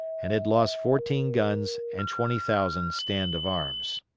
and had lost fourteen guns and twenty thousand stand of arms.